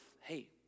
Hey